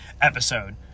episode